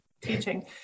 teaching